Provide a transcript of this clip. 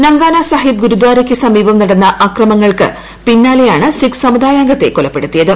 നങ്കാന സാഹിബ് ഗുരുദാരയ്ക്ക് സമീപം നടന്ന അക്രമണങ്ങൾക്ക് പിന്നാലെയാണ് സിഖ് സമുദായാംഗത്തെ കൊലപ്പെടുത്തിയത്